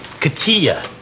Katia